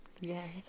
Yes